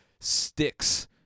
sticks